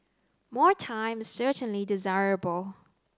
more time is certainly desirable